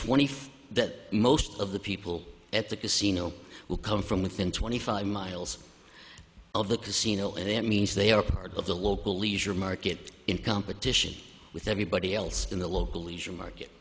five that most of the people at the casino will come from within twenty five miles of the casino and that means they are part of the local leisure market in competition with everybody else in the local leisure market